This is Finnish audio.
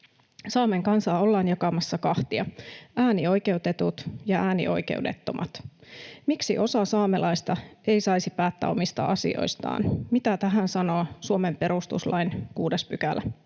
Saamen kansaa ollaan jakamassa kahtia: äänioikeutetut ja äänioikeudettomat. Miksi osa saamelaisista ei saisi päättää omista asioistaan? Mitä tähän sanoo Suomen perustuslain 6 §?